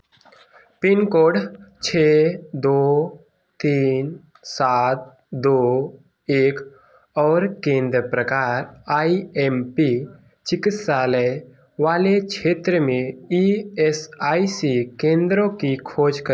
pin code छः दो तीन सात दो एक और केंद्र प्रकार आई एम पी चिकित्सालय वाले क्षेत्र में ई एस आई सी केंद्रो की खोज कर